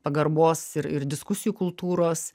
pagarbos ir ir diskusijų kultūros